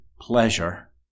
pleasure